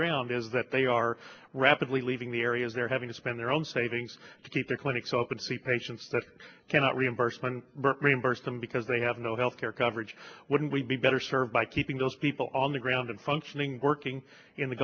ground is that they are rapidly leaving the areas they're having to spend their own savings to keep their clinics open to see patients that cannot reimbursement reimburse them because they have no health care coverage wouldn't we be better served by keeping those people on the ground and functioning working in the